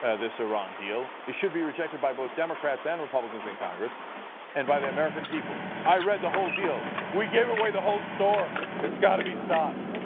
ah this iran deal. it should be rejected by both democrats and republicans in congress and by the american people. i read the whole deal. we gave away the whole store. it has got to be stopped.